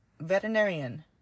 veterinarian